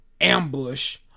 ambush